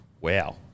Wow